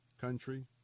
country